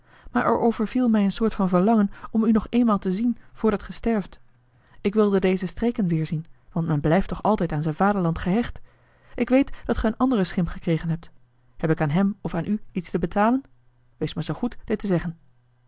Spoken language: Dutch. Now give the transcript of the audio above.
maar er overviel mij een soort van verlangen om u nog eenmaal te zien voordat ge sterft ik wilde deze streken weerzien want men blijft toch altijd aan zijn vaderland gehecht ik weet dat ge een anderen schim gekregen hebt heb ik aan hem of aan u iets te betalen wees maar zoo goed dit te zeggen